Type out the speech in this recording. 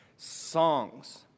Songs